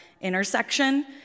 intersection